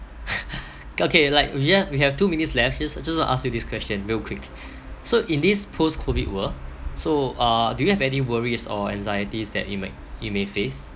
okay like we just we have two minutes left just I just want to ask you this question real quick so in this post COVID world so uh do you have any worries or anxieties that you might you may face